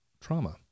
trauma